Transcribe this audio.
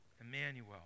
Emmanuel